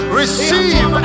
receive